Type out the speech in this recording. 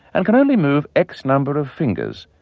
and can only move x number of fingers.